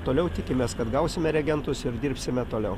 toliau tikimės kad gausime reagentus ir dirbsime toliau